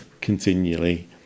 continually